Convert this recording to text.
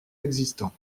existants